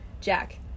Jack